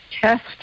Test